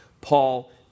Paul